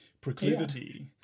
proclivity